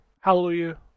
Hallelujah